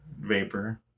vapor